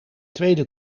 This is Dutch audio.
tweede